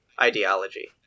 ideology